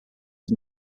his